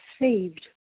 saved